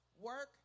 work